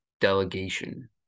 delegation